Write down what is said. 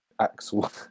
Axel